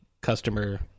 customer